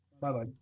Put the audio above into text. bye-bye